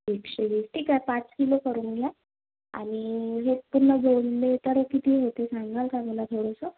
एकशेवीस ठीक आहे पाच किलो करून घ्या आणि हे पूर्ण जोडले तर किती होतील सांगाल का मला थोडंसं